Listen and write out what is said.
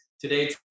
Today